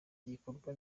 ibikorwa